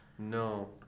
No